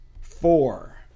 four